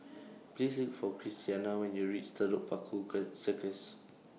Please Look For Christiana when YOU REACH Telok Paku Circus